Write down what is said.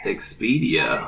Expedia